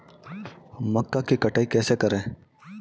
मक्का की कटाई कैसे करें?